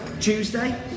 Tuesday